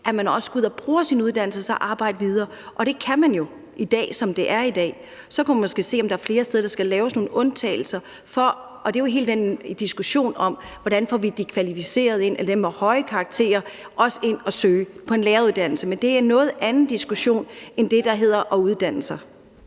at man også går ud og bruger sin uddannelse og så arbejde videre. Det kan man jo i dag, altså som det er i dag. Så kan man måske se, om der er flere steder, hvor der skal laves nogle undtagelser. Og det er jo hele den diskussion om, hvordan vi får de kvalificerede ind, altså får alle dem med høje karakterer til også at søge ind på en læreruddannelse. Men det er en noget andet diskussion end den, der handler om at uddanne sig.